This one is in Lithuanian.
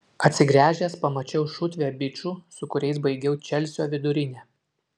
atsigręžęs pamačiau šutvę bičų su kuriais baigiau čelsio vidurinę